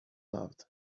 loved